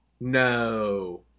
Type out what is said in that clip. No